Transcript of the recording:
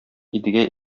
идегәй